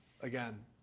again